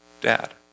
dad